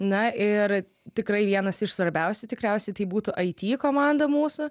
na ir tikrai vienas iš svarbiausių tikriausiai tai būtų it komanda mūsų